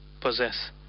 possess